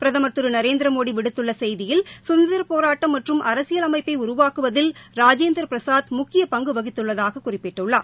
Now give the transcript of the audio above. பிரதமா் திரு நரேநத்திமோடி விடுத்துள்ள செய்தியில் கதந்திரப் போராட்டம் மற்றும் அரசியல் அமைப்பை உருவாக்குவதில் ராஜேந்திரபிரசாத் முக்கிய பங்கு வகித்தள்ளதாகக் குறிப்பிட்டுள்ளார்